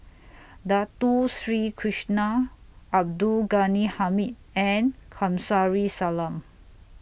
Dato Sri Krishna Abdul Ghani Hamid and Kamsari Salam